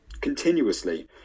continuously